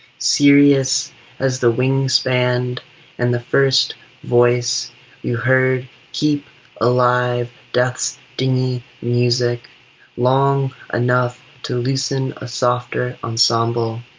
serious as the wing span in the first voice you heard keep alive death's dingy music long enough to loosen a softer ensemble,